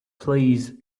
please